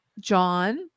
John